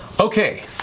Okay